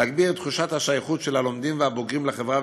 גברתי היושבת-ראש, חבר הכנסת ג'בארין,